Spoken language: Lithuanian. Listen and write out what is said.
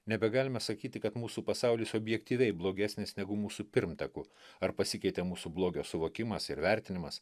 nebegalime sakyti kad mūsų pasaulis objektyviai blogesnis negu mūsų pirmtakų ar pasikeitė mūsų blogio suvokimas ir vertinimas